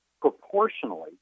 proportionally